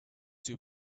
two